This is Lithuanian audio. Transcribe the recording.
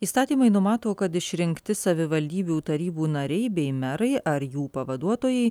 įstatymai numato kad išrinkti savivaldybių tarybų nariai bei merai ar jų pavaduotojai